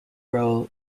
role